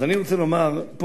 אני רוצה לומר פה,